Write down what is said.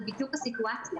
זו בדיוק הסיטואציה.